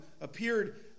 appeared